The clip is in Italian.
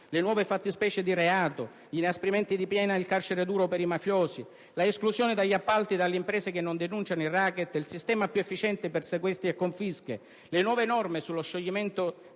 (le nuove fattispecie di reato: l'inasprimento di pena e il carcere duro per i mafiosi, l'esclusione dagli appalti per le imprese che non denunciano il racket, il sistema più efficiente per sequestri e confische, le nuove norme sullo scioglimento